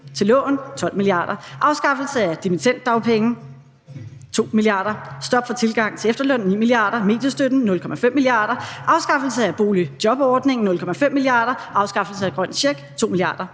til lån: 12 mia. kr.; afskaffelse af dimittenddagpenge: 2 mia. kr.; stop for tilgang til efterløn: 9 mia. kr.; mediestøtten: 0,5 mia. kr.; afskaffelse af boligjobordningen: 0,5 mia. kr.; afskaffelse af grøn check: 2 mia.